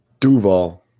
Duval